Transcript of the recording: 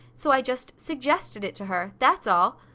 so i just suggested it to her. that's all!